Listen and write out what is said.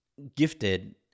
gifted